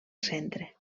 centre